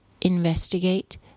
investigate